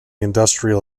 industrial